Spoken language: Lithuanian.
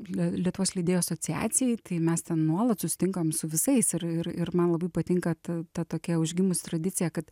le lietuvos leidėjų asociacijai tai mes ten nuolat susitinkam su visais ir ir ir man labai patinka ta ta tokia užgimus tradicija kad